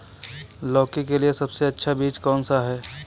लौकी के लिए सबसे अच्छा बीज कौन सा है?